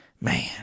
man